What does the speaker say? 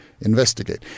investigate